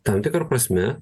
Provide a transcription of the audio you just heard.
tam tikra prasme